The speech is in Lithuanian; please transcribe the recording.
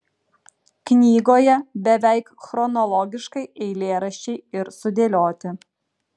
knygoje beveik chronologiškai eilėraščiai ir sudėlioti